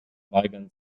weigern